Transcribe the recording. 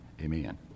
Amen